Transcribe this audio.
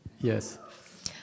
Yes